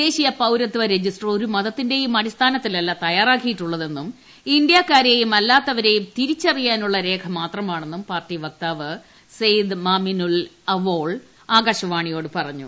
ദേശീയ പൌരത്വ രജിസ്റ്റർ ഒരു മതത്തിന്റേയും അടിസ്ഥാനത്തിലല്ല തയ്യാറാക്കിയിട്ടുള്ളതെന്നും ഇന്ത്യാക്കള്ളത്യും അല്ലാത്തവരെയും തിരിച്ചറിയാനുള്ള രേഖ മാത്രമാണെന്നും പാർട്ടി വക്താവ് സെയ്ദ് മാമിനുൽ അവോൾ ആകാശവാണിയോട് പറഞ്ഞു